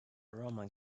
roman